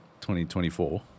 2024